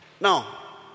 now